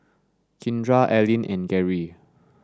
Kindra Alline and Gary